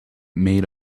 made